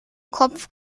kopf